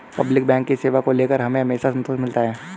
public bank की सेवा को लेकर हमें हमेशा संतोष मिलता है